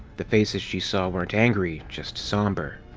the faces she saw weren't angry, just somber.